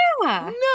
No